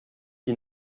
qui